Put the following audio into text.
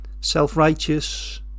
self-righteous